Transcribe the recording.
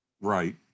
right